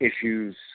Issues